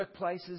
workplaces